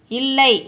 இல்லை